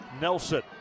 Nelson